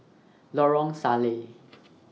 Lorong Salleh